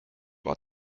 war